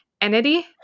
entity